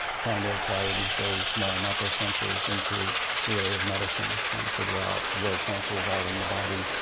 trying to apply these very small microsensors into the area of medicine, trying to figure out where cancers are in the body,